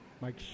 Mike